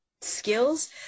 skills